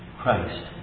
Christ